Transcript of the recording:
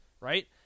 right